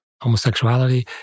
homosexuality